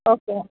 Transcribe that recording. okay